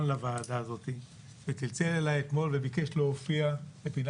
לוועדה הזאת וצלצל אלי אתמול וביקש להופיע ופינה